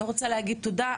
אני רוצה להגיד תודה,